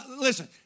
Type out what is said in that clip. listen